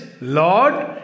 Lord